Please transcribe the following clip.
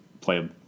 play